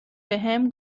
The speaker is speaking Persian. بهم